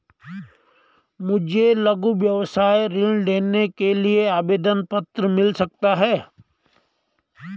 मुझे लघु व्यवसाय ऋण लेने के लिए आवेदन पत्र मिल सकता है?